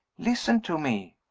listen to me.